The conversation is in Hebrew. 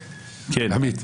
עמית.